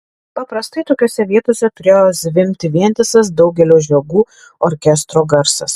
paprastai tokiose vietose turėjo zvimbti vientisas daugelio žiogų orkestro garsas